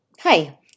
Hi